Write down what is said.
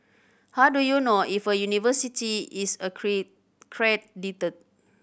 how do you know if a university is credited